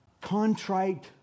contrite